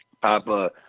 Papa